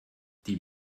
die